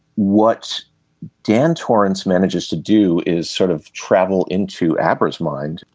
what dan torrance manages to do is sort of travel into abbott's mind.